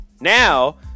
Now